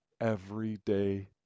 everyday